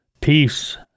peace